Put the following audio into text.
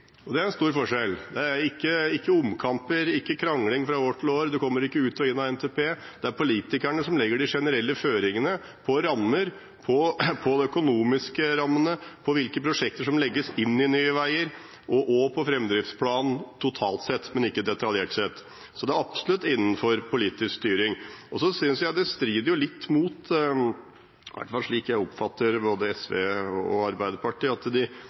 og det er en stor forskjell. Det er ikke omkamper, ikke krangling fra år til år, du kommer ikke ut og inn av NTP. Det er politikerne som legger de generelle føringene på rammer, på de økonomiske rammene, på hvilke prosjekter som legges inn i Nye Veier, og på framdriftsplan totalt sett, men ikke detaljert sett. Så det er absolutt innenfor politisk styring. Så synes jeg det strider litt mot dette – iallfall slik jeg oppfatter både SV og Arbeiderpartiet – at de